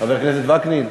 חבר הכנסת וקנין,